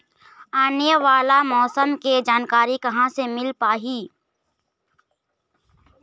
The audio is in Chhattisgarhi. आने वाला मौसम के जानकारी कहां से मिल पाही?